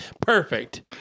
Perfect